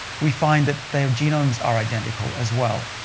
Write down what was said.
we find that their genomes are identical as well.